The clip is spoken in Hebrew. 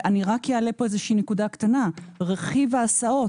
אני אעלה כאן נקודה קטנה, את רכיב ההסעות.